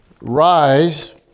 rise